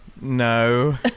No